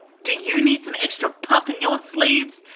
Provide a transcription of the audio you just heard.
do you need some extra puff in your sleeves?